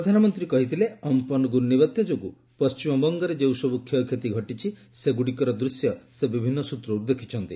ପ୍ରଧାନମନ୍ତ୍ରୀ କହିଛନ୍ତି ଅମ୍ପନ୍ ଘୂର୍ଣ୍ଣିବାତ୍ୟା ଯୋଗୁଁ ପଶ୍ଚିମବଙ୍ଗରେ ଯେଉଁସବୁ କ୍ଷୟକ୍ଷତି ସ୍କଟିଛି ସେଗୁଡ଼ିକର ଦୃଶ୍ୟ ସେ ବିଭିନ୍ନ ସୂତ୍ରରୁ ଦେଖିଛନ୍ତି